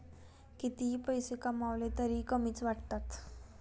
कितीही पैसे कमावले तरीही कमीच वाटतात